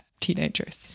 teenagers